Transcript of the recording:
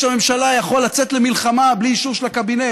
הממשלה יכול לצאת למלחמה בלי אישור של הקבינט.